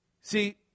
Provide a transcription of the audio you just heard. See